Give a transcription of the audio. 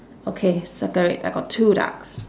okay circle it I got two ducks